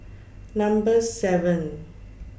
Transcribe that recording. Number seven